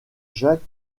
jacques